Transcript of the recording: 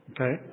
Okay